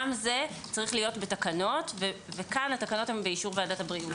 גם זה צריך להיות בתקנות וכאן הן באישור ועדת הבריאות